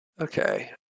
Okay